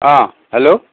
অ' hello